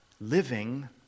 Living